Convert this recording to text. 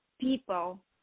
people